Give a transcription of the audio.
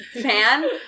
fan